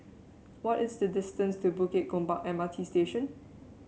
what is the distance to Bukit Gombak M R T Station